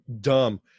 dumb